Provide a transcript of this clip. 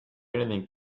anything